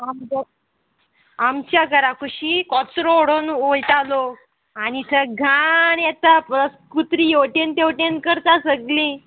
आमचो आमच्या घरा कुशी कचरो उडोवन वोयता लोक आनी घाण येता कुत्री हेवटेन तेवटेन करता सगलीं